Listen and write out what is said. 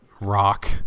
rock